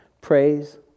Praise